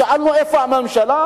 שאלנו איפה הממשלה.